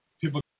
people